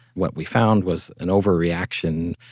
what we found was an overreaction,